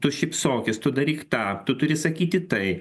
tu šypsokis tu daryk tą tu turi sakyti tai